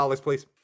please